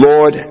Lord